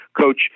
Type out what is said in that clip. Coach